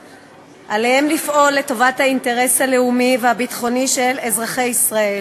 לפעול לטובת האינטרס הלאומי והביטחוני של מדינת ישראל,